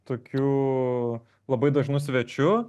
tokiu labai dažnu svečiu